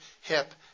hip